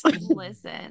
Listen